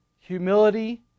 humility